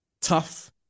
tough